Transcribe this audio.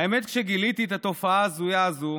האמת, כשגיליתי את התופעה ההזויה הזאת,